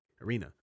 Arena